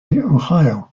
ohio